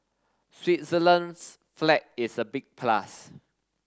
Switzerland's flag is a big plus